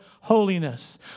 Holiness